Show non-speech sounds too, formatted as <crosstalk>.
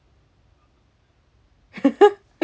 <laughs>